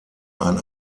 ein